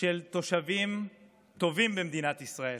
של תושבים טובים במדינת ישראל,